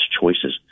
choices